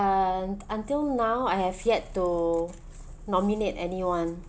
and until now I have yet to nominate anyone